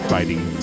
Fighting